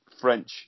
French